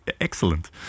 excellent